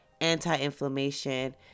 anti-inflammation